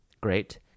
Great